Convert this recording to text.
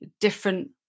different